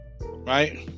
right